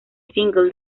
single